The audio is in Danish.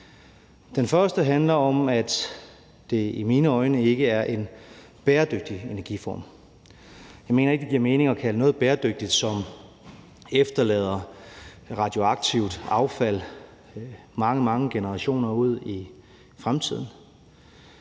Den første er, at det i mine øjne ikke er en bæredygtig energiform. Jeg mener ikke, at det giver mening at kalde noget, som efterlader radioaktivt affald mange, mange generationer ud i fremtiden,